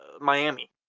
Miami